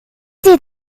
did